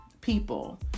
people